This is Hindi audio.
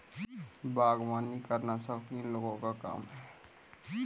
बागवानी करना शौकीन लोगों का काम है